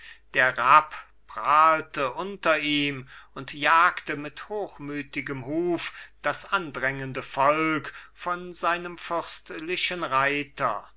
der rapp prahlte unter ihm und jagte mit hochmütigem huf das andrängende volk von seinem fürstlichen reiter